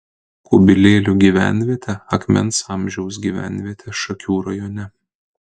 kubilėlių gyvenvietė akmens amžiaus gyvenvietė šakių rajone